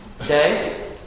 Okay